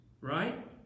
right